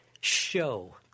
show